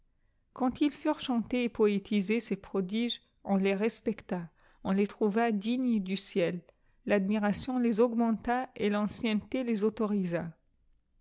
quand ils furent chantés et poétisés ces prodiges on les respecta on les trouva dignes du ciel l admiration tes augmenta ettanden noté les autorisa